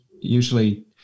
usually